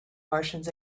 martians